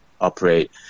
operate